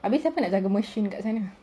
abeh siapa nak jaga machine kat sana